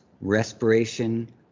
respiration